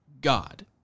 God